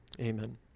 Amen